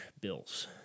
Bills